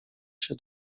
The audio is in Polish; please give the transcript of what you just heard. się